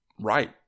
right